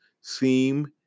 seem